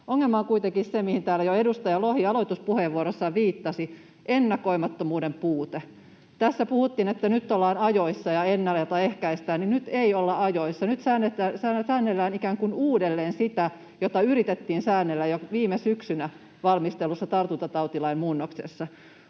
Ongelma on kuitenkin se, mihin täällä jo edustaja Lohi aloituspuheenvuorossaan viittasi: ennakoimattomuuden puute. Tässä puhuttiin, että nyt ollaan ajoissa ja ennalta ehkäistään, mutta nyt ei olla ajoissa. Nyt säännellään ikään kuin uudelleen sitä, mitä yritettiin säännellä jo viime syksynä tartuntatautilain muutoksen